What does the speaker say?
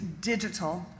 digital